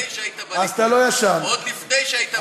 לפני שהיית בליכוד, עוד לפני שהיית בליכוד.